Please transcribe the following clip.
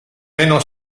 meno